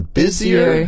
busier